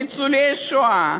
ניצולי השואה,